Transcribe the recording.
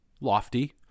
lofty